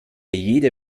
jede